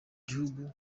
gihugu